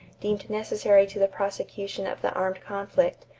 deemed necessary to the prosecution of the armed conflict,